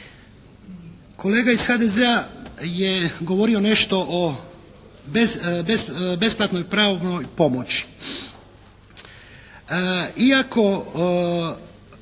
Kolega iz HDZ-a je govorio nešto o besplatnoj pravnoj pomoći.